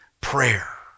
prayer